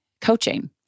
coaching